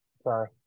Sorry